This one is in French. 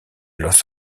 los